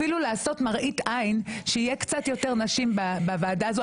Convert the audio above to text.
אפילו לעשות מראית עין שיהיה קצת יותר נשים בוועדה הזו,